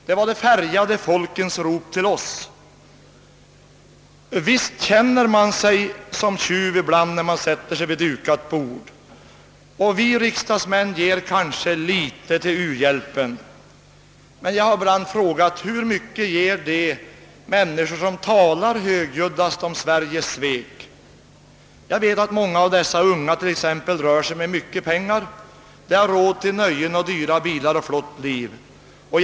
Det var de svältande folkens rop till oss och visst känner man sig som tjuv ibland när man sätter sig vid dukat bord. Vi riksdagsmän ger kanske för litet till u-landshjälpen, men jag har ibland frågat mig hur mycket de människor ger som talar mest högljutt om Sveriges svek. Jag vet att många bland t.ex. de unga demonstranterna rör sig med mycket pengar. De har råd till nöjen, dyra bilar och ett flott liv.